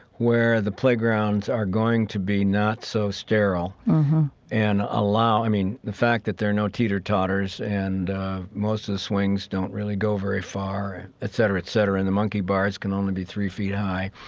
where the playgrounds are going to be not so sterile and allow, i mean, the fact that that there are no teeter-totters and most of the swings don't really go very far, et cetera, et cetera, and the monkey bars can only be three feet high.